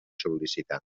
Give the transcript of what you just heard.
sol·licitat